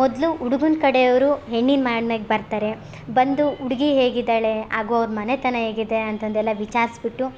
ಮೊದಲು ಹುಡುಗುನ್ ಕಡೆಯವರು ಹೆಣ್ಣಿನ ಮನೇಗೆ ಬರ್ತಾರೆ ಬಂದು ಹುಡ್ಗಿ ಹೇಗಿದ್ದಾಳೆ ಹಾಗು ಅವ್ರ ಮನೆತನ ಹೇಗಿದೆ ಅಂತ ಅಂದೆಲ್ಲ ವಿಚಾರಿಸಿಬಿಟ್ಟು